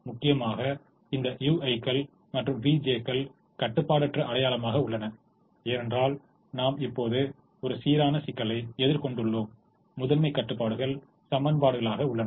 முக்கியமாக இந்த ui கள் மற்றும் vj கள் கட்டுப்பாடற்ற அடையாளமாக உள்ளன ஏனென்றால் நாம் இப்போது ஒரு சீரான சிக்கலைக் எதிர் கொண்டுள்ளோம் முதன்மைக் கட்டுப்பாடுகள் சமன்பாடுகளாக உள்ளன